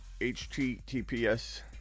HTTPS